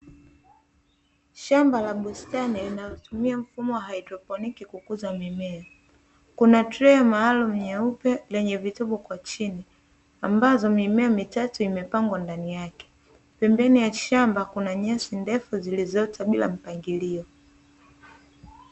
Shamba la bustani linalotumia mfumo wa haidroponiki kukuza mimea kuna trei maalumu nyeupe lenye vitobo kwa chini ambazo mimea mitatu imepangwa ndani yake pembeni ya shamba kuna nyasi ndefu zilizoota bila mpangilio.